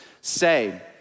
say